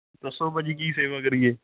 ਦੱਸੋ ਭਾਅ ਜੀ ਕੀ ਸੇਵਾ ਕਰੀਏ